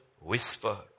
whisper